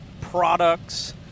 products